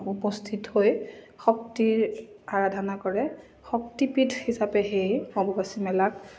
উপস্থিত হৈ শক্তিৰ আৰাধনা কৰে শক্তিপীঠ হিচাপে সেই অম্বুবাচী মেলাক